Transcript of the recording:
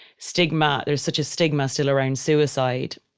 stigma, there is such a stigma still around suicide.